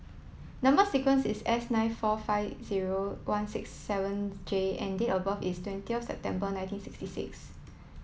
number sequence is S nine four five zero one six seven J and date of birth is twentith September nineteen sixty six